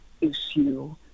issue